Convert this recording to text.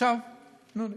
אגב,